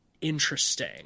interesting